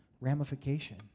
ramification